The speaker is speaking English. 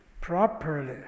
properly